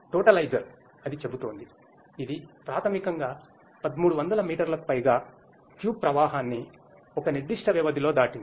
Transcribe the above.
totaliser అది చెబుతోంది ఇది ప్రాథమికంగా 1300 మీటర్లకు పైగా క్యూబ్ ప్రవాహాన్ని ఒక నిర్దిష్ట వ్యవధిలో దాటింది